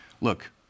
look